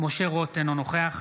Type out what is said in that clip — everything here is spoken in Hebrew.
משה רוט, אינו נוכח